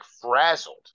frazzled